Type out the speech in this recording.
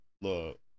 Look